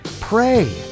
Pray